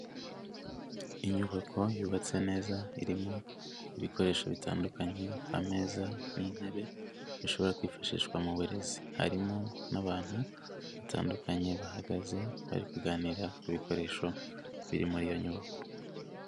Inyubako yubatse neza irimo ibikoresho bitandukanye, ameza n'intebe bishobora kwifashishwa mu burezi, harimo n'abantu batandukanye bahagaze bari kuganira ku bikoresho biri muri iyo nyubako.